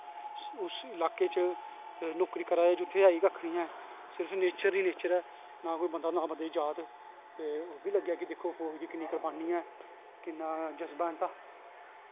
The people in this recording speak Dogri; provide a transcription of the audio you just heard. उस ल्हाके च नौकरी करा दे जित्थें है गा कक्ख नी ऐ सिर्फ नेचर गै नेचर ऐ नां कोई बंदा नां बंदे दी जात ते ओह् बी लग्गेआ कि पौज़ च किन्नी कुर्वानी ऐ किन्ना जज्वा ऐ इंदा